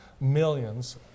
millions